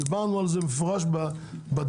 דיברנו על כך במפורש בדיונים,